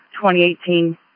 2018